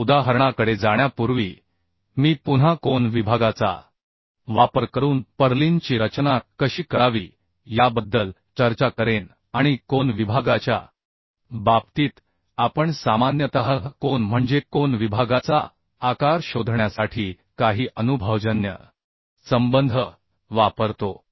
त्या उदाहरणाकडे जाण्यापूर्वी मी पुन्हा कोन विभागाचा वापर करून पर्लिनची रचना कशी करावी याबद्दल चर्चा करेन आणि कोन विभागाच्या बाबतीत आपण सामान्यतः कोन म्हणजे कोन विभागाचा आकार शोधण्यासाठी काही अनुभवजन्य संबंध वापरतो